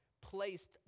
placed